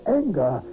anger